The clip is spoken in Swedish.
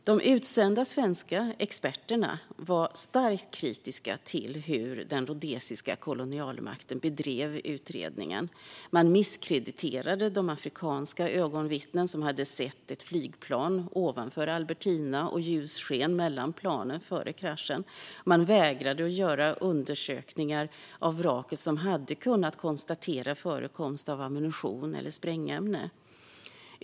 De utsända svenska experterna var starkt kritiska till hur den rhodesiska kolonialmakten bedrev utredningen. Man misskrediterade de afrikanska ögonvittnen som hade sett ett flygplan ovanför Albertina och ljussken mellan planen före kraschen. Man vägrade att göra undersökningar av vraket som hade kunnat konstatera förekomst av ammunition eller sprängämne.